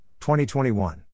2021